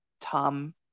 Tom